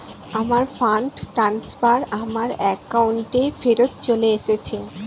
আমার fund transfer আমার অ্যাকাউন্টেই ফেরত চলে এসেছে